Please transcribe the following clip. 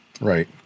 Right